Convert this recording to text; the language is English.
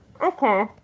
Okay